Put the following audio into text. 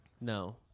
No